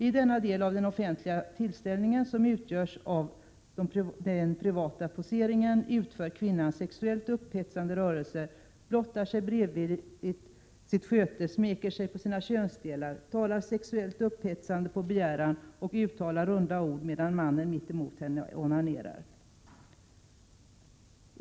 I denna del av den offentliga tillställningen som utgörs av privatposeringen utför kvinnan sexuellt upphetsande rörelser, blottar beredvilligt sitt sköte, smeker sig på sina könsdelar, talar sexuellt upphetsande på begäran och uttalar ”runda” ord medan mannen mittemot henne onanerar.